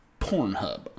Pornhub